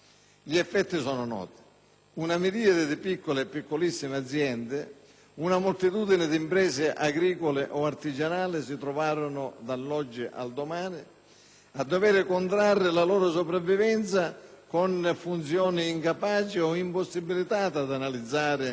una miriade di piccole e piccolissime aziende e una moltitudine di imprese agricole o artigianali si trovarono, dall'oggi al domani, a dover contrattare la loro sopravvivenza con funzionari incapaci o impossibilitati ad analizzare i loro bisogni